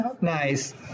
Nice